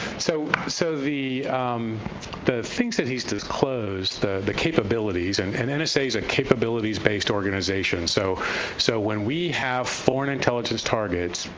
so so the the things that he's disclosed, the the capabilities, and the and and nsa is a capabilities-based organization, so so when we have foreign intelligence targets,